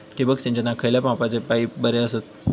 ठिबक सिंचनाक खयल्या मापाचे पाईप बरे असतत?